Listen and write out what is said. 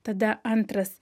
tada antras